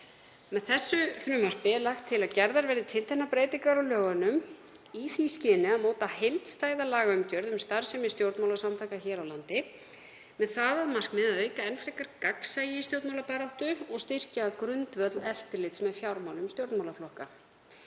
Með þessu frumvarpi er lagt til að gerðar verði tilteknar breytingar á lögunum í því skyni að móta heildstæða lagaumgjörð um starfsemi stjórnmálasamtaka hér á landi með það að markmiði að auka enn frekar gagnsæi í stjórnmálabaráttu og styrkja grundvöll eftirlits með fjármálum stjórnmálaflokka.